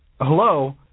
hello